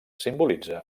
simbolitza